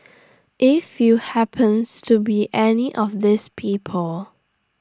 if you happens to be any of these people